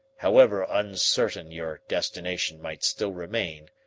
however uncertain your destination might still remain,